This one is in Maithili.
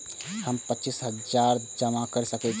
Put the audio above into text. हमू पचास हजार से ज्यादा जमा कर सके छी?